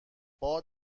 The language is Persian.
باد